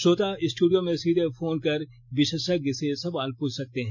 श्रोता स्टूडियो में सीधे फोन कर विशेषज्ञ से सवाल प्रछ सकते हैं